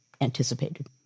anticipated